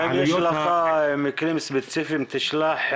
אם יש לך מקרים ספציפיים, תשלח.